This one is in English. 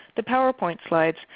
the powerpoint slides,